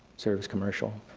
service commercial.